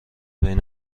بین